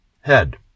head